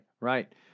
right